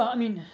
i mean,